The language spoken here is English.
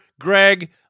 Greg